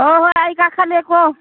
ꯍꯣꯏ ꯍꯣꯏ ꯑꯩ ꯀꯥꯈꯠꯂꯦꯀꯣ